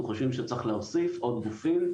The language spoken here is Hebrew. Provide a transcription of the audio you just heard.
אנחנו חושבים שצריך להוסיף עוד גופים,